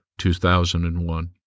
2001